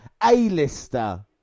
A-lister